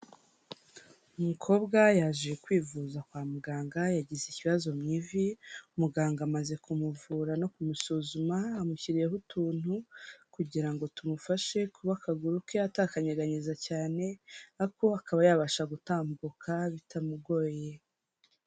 Umukobwa yaje kwivuza kwamuganga, yagize ikibazo mu ivi. Muganga amaze kumuvura no kumusuzumama, amushyiriyeho utuntu kugirango tumufashe kuba akaguruke atakanyeganyeza cyane, ariko akaba yabasha gutambuka bitamugoye.